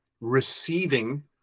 receiving